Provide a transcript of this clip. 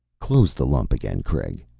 close the lump again, craig,